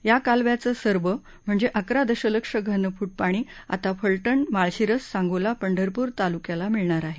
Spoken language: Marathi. या कालव्याचं सर्व अकरा दशलक्ष घनफूट पाणी आता फलटण माळशिरस सांगोला पंढरपूर तालुक्याला मिळणार आहे